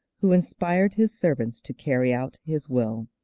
who inspired his servants to carry out his will.